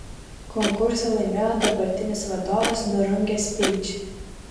konkursą laimėjo dabartinis vadovas nurungęs speičį